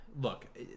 look